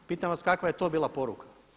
Pitam vas kakva je to bila poruka?